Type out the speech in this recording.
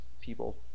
people